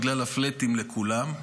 בגלל הפלאטים לכולם,